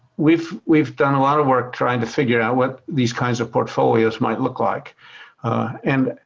we've we've done a lot of work trying to figure out what these kinds of portfolios might look like and,